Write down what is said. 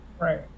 right